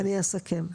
אני אסכם,